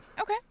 Okay